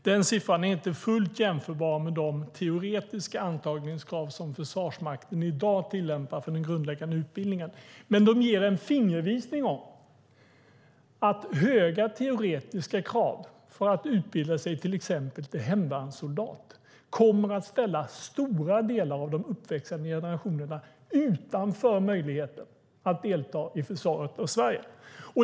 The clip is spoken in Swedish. Den siffran är inte helt jämförbar med de teoretiska antagningskrav som Försvarsmakten i dag tillämpar för den grundläggande utbildningen, men den ger en fingervisning om att höga teoretiska krav för att utbilda sig till exempel till hemvärnssoldat kommer att ställa stora delar av de uppväxande generationerna utanför möjligheten att delta i försvaret av Sverige.